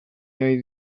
nahi